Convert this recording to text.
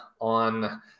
on